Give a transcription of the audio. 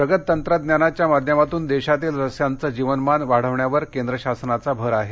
प्रगत तंत्रज्ञानाच्या माध्यमातून देशातील रस्त्यांचं जीवनमान वाढविण्यावर केंद्र शासनाचा भर आहे